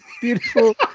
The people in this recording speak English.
Beautiful